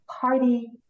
party